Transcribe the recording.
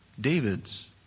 David's